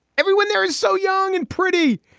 everyone there is so young and pretty.